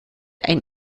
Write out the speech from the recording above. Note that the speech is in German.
ein